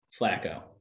Flacco